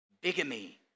Bigamy